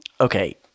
okay